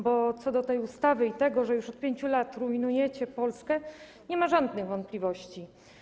Bo co do tej ustawy i tego, że już od pięciu lat rujnujecie Polskę, nie ma żadnych wątpliwości.